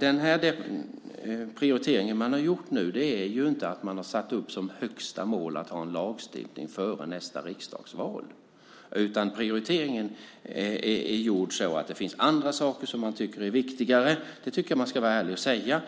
Den prioritering man nu har gjort är inte att man har satt upp som högsta mål att ha en lagstiftning före nästa riksdagsval. Prioriteringen är gjord så att det finns andra saker som man tycker är viktigare. Det tycker jag att man ska vara ärlig och säga.